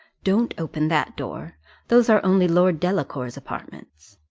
don't open that door those are only lord delacour's apartments.